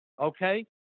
okay